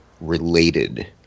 related